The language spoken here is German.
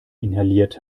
inhaliert